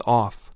off